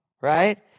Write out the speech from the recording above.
Right